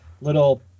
little